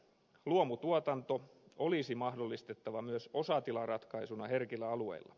luomutuotanto olisi mahdollistettava myös osatilaratkaisuna herkillä alueilla